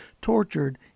tortured